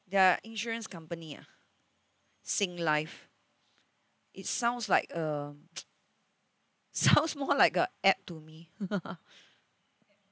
they are insurance company ah Singlife it sounds like a sounds more like a app to me